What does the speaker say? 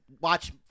watch